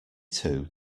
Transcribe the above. two